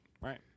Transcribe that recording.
right